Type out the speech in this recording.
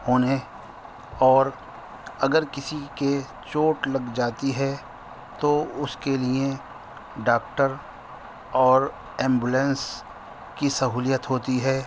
ہونے اور اگر کسی کے چوٹ لگ جاتی ہے تو اس کے لیے ڈاکٹر اور ایمبولینس کی سہولت ہوتی ہے